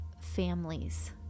families